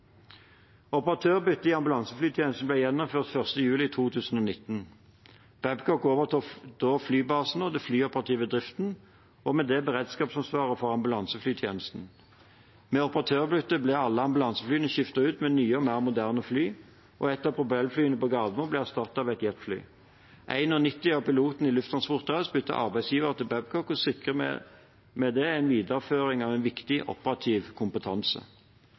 i ambulanseflytjenesten ble gjennomført 1. juli 2019. Babcock overtok da flybasene og den flyoperative driften, og med det beredskapsansvaret for ambulanseflytjenesten. Med operatørbyttet ble alle ambulanseflyene skiftet ut med nye og mer moderne fly, og ett av propellflyene på Gardermoen ble erstattet av et jetfly. 91 av pilotene i Lufttransport AS byttet arbeidsgiver til Babcock og sikret med det en videreføring av viktig operativ kompetanse.